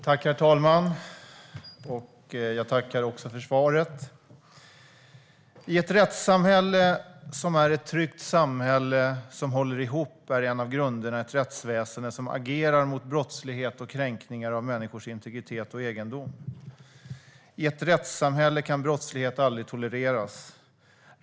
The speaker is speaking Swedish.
Herr talman! Jag tackar för svaret. I ett rättssamhälle, som är ett tryggt samhälle som håller ihop, är en av grunderna ett rättsväsen som agerar mot brottslighet och kränkningar av människors integritet och egendom. I ett rättssamhälle kan brottslighet aldrig tolereras.